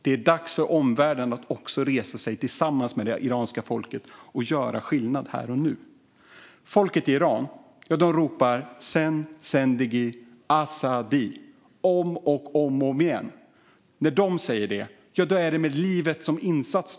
Det är dags för omvärlden att också resa sig tillsammans med det iranska folket och göra skillnad här och nu. Folket i Iran ropar "zan, zendegi, azadi!" om och om igen. De säger det med livet som insats.